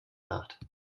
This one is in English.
not